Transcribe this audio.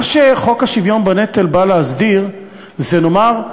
מה שחוק השוויון בנטל בא להסדיר זה נאמר,